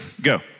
Go